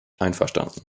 einverstanden